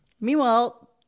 meanwhile